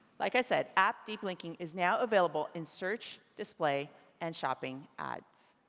like i said, app deep linking is now available in search, display and shopping ads